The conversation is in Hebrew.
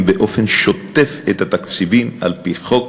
לקרן באופן שוטף את התקציבים על-פי חוק.